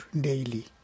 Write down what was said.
daily